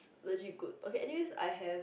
legit good okay anyway I have